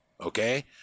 okay